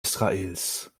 israels